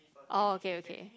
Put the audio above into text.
oh okay okay